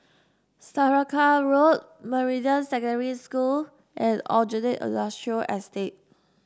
Saraca Road Meridian Secondary School and Aljunied Industrial Estate